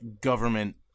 government